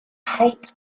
hate